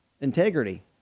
integrity